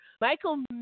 Michael